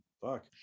fuck